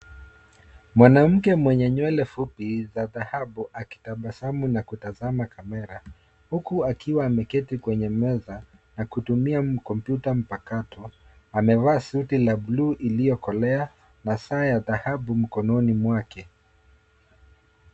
Mwanamke mwenye nywele fupi za dhahabu, akitabasamu na kutazama kamera, huku akiwa ameketi kwenye meza, na kutumia kompyuta mpakato, amevaa suti la blue iliokolea, na saa ya dhahabu, mkononi mwake.